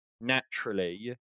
naturally